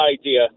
idea